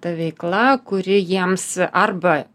ta veikla kuri jiems arba